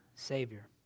Savior